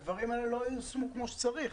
הדברים האלה לא ייושמו כמו שצריך.